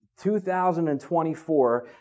2024